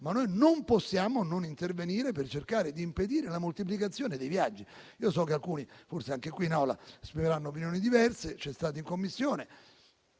ma non possiamo non intervenire per cercare di impedire la moltiplicazione dei viaggi. So che alcuni, forse anche qui in Aula, esprimeranno opinioni diverse, come è accaduto in Commissione,